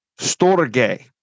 Storge